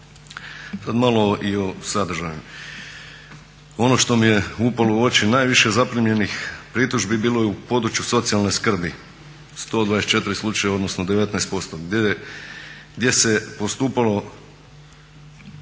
Sada malo i o sadržaju. Ono što mi je upalo u oči, najviše zaprimljenih pritužbi bilo je u području socijalne skrbi 124 slučajeva odnosno 19% gdje se postupalo,